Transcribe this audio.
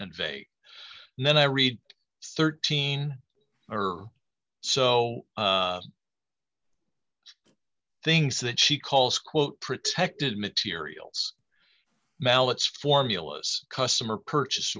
vague and then i read thirteen or so things that she calls quote protected materials mallets formulas customer purchase